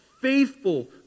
Faithful